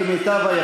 אין תשובה.